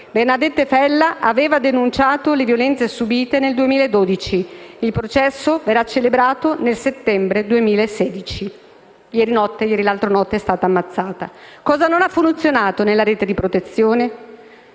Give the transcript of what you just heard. Bernadette Fella aveva denunciato le violenze subite nel 2012; il processo verrà celebrato nel settembre 2016; l'altra notte è stata ammazzata. Cosa non ha funzionato nella rete di protezione?